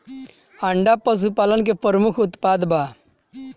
अंडा पशुपालन के प्रमुख उत्पाद बा